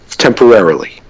temporarily